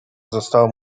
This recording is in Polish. została